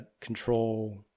control